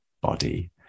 body